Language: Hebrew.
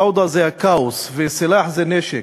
פוודא זה כאוס וסלאח זה נשק,